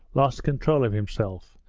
lost control of himself,